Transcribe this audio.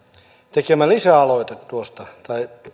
tekemä lisäaloite tai